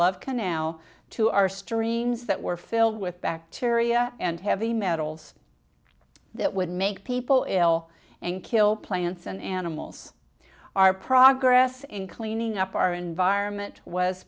love can now to our streams that were filled with bacteria and heavy metals that would make people ill and kill plants and animals our progress in cleaning up our environment was